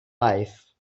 life